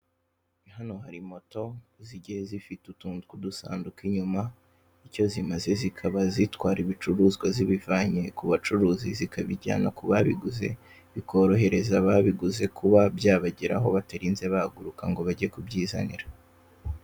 Hano hari moto zigiye zifite utuntu tw'udusanduku inyuma icyo zimaze zikaba zitwara ibicuruzwa zibivanye kubacuruzi zikabijyana kubabiguze, bikorohereza ababiguze kuba byabageraho batarinze bahaguruka ngo bajye kubyizanira.